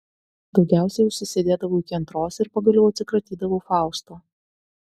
daugiausiai užsisėdėdavau iki antros ir pagaliau atsikratydavau fausto